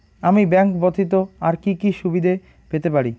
আমি ব্যাংক ব্যথিত আর কি কি সুবিধে পেতে পারি?